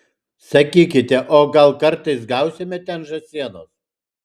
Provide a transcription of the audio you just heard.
sakykite o gal kartais gausime ten žąsienos